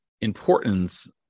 importance